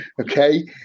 Okay